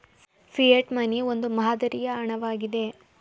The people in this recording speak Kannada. ಫಿಯೆಟ್ ಮನಿ ಒಂದು ಮಾದರಿಯ ಹಣ ವಾಗಿದೆ